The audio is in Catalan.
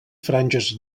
franges